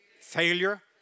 failure